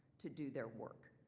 to do their work?